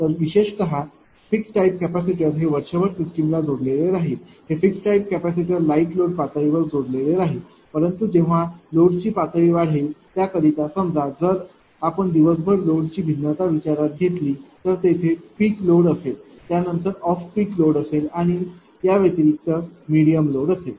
तर विशेषतः fixed type capacitor हे वर्षभर सिस्टमला जोडलेले राहील हे fixed type capacitor light load पातळीवर जोडलेले राहील परंतु जेव्हा लोड ची पातळी वाढते त्याकरिता समजा जर आपण दिवसभर लोड ची भिन्नता विचारात घेतली तर तेथे पीक लोड असेल त्यानंतर ऑफ पीक लोड असेल आणि याव्यतिरिक्त मिडीयम लोड असेल